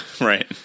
right